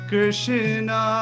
Krishna